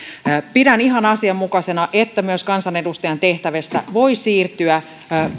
pidän ihan asianmukaisena että myös kansanedustajan tehtävistä voi siirtyä